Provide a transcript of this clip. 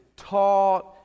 taught